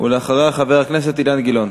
ואחריה, חבר הכנסת אילן גילאון.